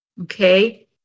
okay